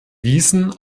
wiesen